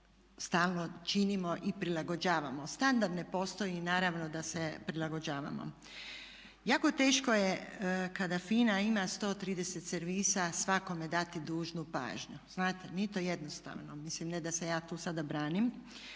stalno činimo i prilagođavamo. Standard ne postoji i naravno da se prilagođavamo. Jako teško je kada FINA ima 130 servisa svakome dati dužnu pažnju, znate nije to jednostavno. Mislim ne da se ja tu sada branim,